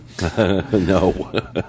no